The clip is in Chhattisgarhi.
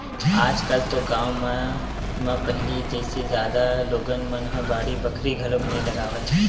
आज कल तो गाँव मन म पहिली जइसे जादा लोगन मन ह बाड़ी बखरी घलोक नइ लगावय